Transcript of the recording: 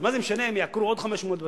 אז מה זה משנה אם יעקרו עוד 500 בתים,